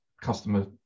customer